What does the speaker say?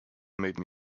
made